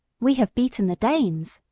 we have beaten the danes,